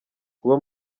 kuba